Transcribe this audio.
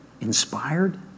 inspired